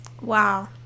Wow